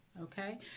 okay